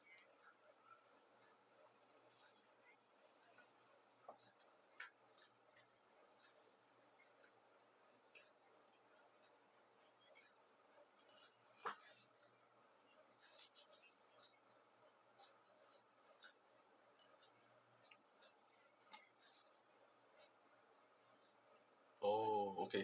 oo okay